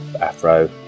Afro